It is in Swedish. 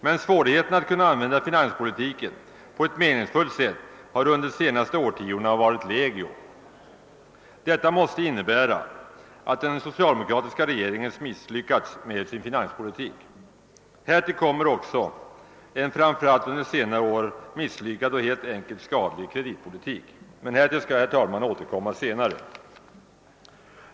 Men svårigheterna att kunna använda finanspolitiken på ett meningsfullt sätt har under de senaste årtiondena varit legio. Detta måste innebära att den socialdemokratiska regeringen misslyckats med sin finanspolitik. Härtill kommer en framför allt under senare tid misslyckad och helt enkelt skadlig kreditpolitik. Men till den saken skall jag, herr talman, återkomma senare.